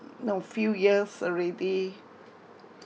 know few years already